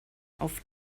auf